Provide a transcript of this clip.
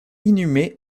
inhumés